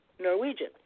Norwegian